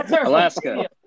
Alaska